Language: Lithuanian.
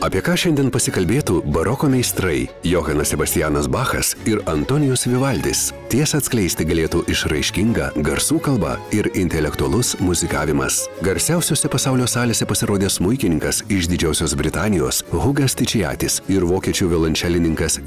apie ką šiandien pasikalbėtų baroko meistrai johanas sebastianas bachas ir antonijus vivaldis tiesą atskleisti galėtų išraiškinga garsų kalba ir intelektualus muzikavimas garsiausiose pasaulio salėse pasirodęs smuikininkas iš didžiosios britanijos hugas tičijatis ir vokiečių violončelininkas